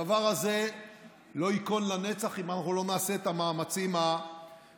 הדבר הזה לא ייכון לנצח אם אנחנו לא נעשה את המאמצים המתאימים,